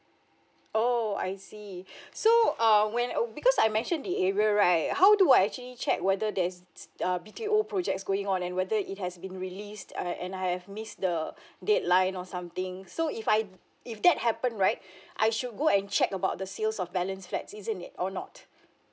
oh I see so um when oo because I mentioned the area right how do I actually check whether there is s~ err B_T_O projects going on and whether it has been released uh and I have missed the deadline or something so if I if that happened right I should go and check about the sales of balance flats isn't it or not